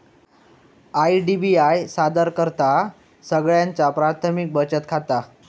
IDBI सादर करतहा सगळ्यांचा प्राथमिक बचत खाता